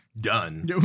done